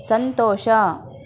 ಸಂತೋಷ